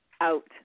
out